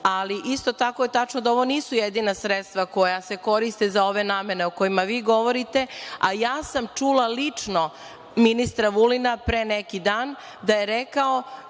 Ali, isto tako je tačno da ovo nisu jedina sredstva koja se koriste za ove namene o kojima vi govorite, a ja sam čula lično ministra Vulina, pre neki dan, da je rekao